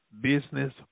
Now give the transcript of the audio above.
business